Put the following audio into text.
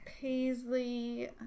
paisley